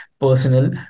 personal